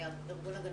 מאיזה גילאים?